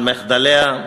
על מחדליה,